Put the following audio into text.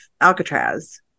Alcatraz